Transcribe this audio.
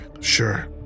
Sure